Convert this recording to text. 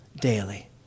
daily